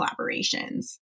collaborations